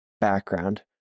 background